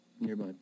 nearby